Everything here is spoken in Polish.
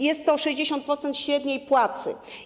Jest to 60% średniej płacy.